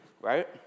right